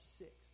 six